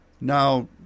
Now